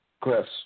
Chris